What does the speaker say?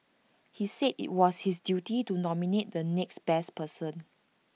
he said IT was his duty to nominate the next best person